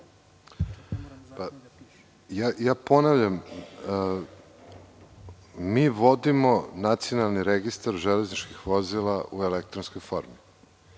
Ponavljam, mi vodimo Nacionalni registar železničkih vozila u elektronskoj formi